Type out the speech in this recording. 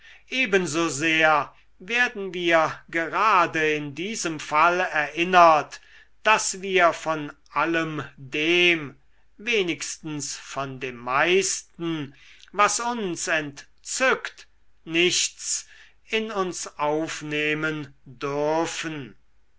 ergetzt ebensosehr werden wir gerade in diesem fall erinnert daß wir von allem dem wenigstens von dem meisten was uns entzückt nichts in uns aufnehmen dürfen